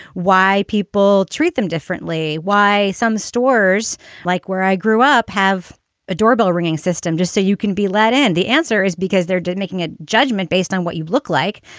why people treat them differently, why some stores like where i grew up have a doorbell ringing system just so you can be let in. the answer is because they're making a judgment based on what you look like,